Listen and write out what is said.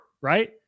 right